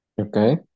Okay